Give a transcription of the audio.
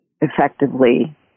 effectively